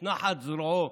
את נחת זרועו